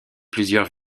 plusieurs